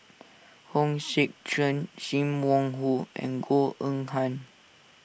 Hong Sek Chern Sim Wong Hoo and Goh Eng Han